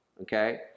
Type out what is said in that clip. okay